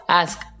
ask